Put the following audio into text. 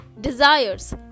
desires